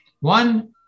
one